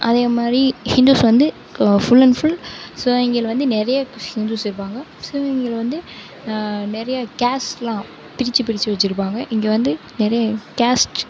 அதே மாதிரி ஹிந்துஸ் வந்து இப்போ ஃபுல் அண்ட் ஃபுல் சிவகங்கையில வந்து நிறைய ஹிந்துஸ் இருப்பாங்க சிவகங்கையில வந்து நிறைய கேஸ்ட்லாம் பிரிச்சு பிரிச்சு வச்சியிருப்பாங்க இங்கே வந்து நிறைய காஸ்ட்